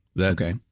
Okay